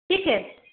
ٹھیک ہے